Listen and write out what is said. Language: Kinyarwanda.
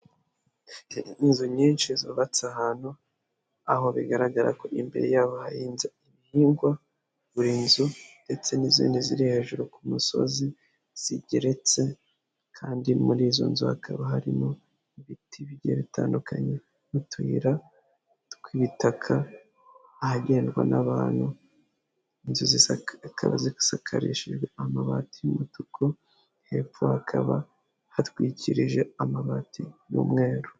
Inzu nyinshi zubatse ahantu, aho bigaragara ko imbere yaho hahinze ibihingwa kuri buri nzu, ndetse n'izindi ziri hejuru ku musozi zigeretse kandi muri izo nzu hakaba harimo ibiti bibiri bitandukanye n'utuyira tw'ibitaka ahagendwa n'abantu, inzu zisakarishijwe amabati y'umutuku, hepfo hakaba hatwikirije amabati y'umweru.